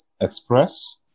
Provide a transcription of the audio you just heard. Express